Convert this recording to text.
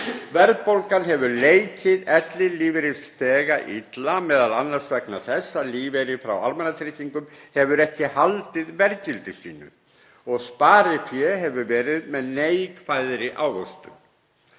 Verðbólgan hefur leikið ellilífeyrisþega illa m.a. vegna þess að lífeyri frá almannatryggingum hefur ekki haldið verðgildi sínu og sparifé hefur verið með neikvæðri ávöxtun.